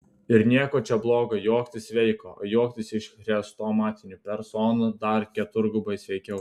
ir nieko čia blogo juoktis sveika o juoktis iš chrestomatinių personų dar keturgubai sveikiau